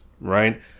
Right